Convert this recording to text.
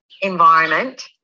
environment